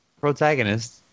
protagonist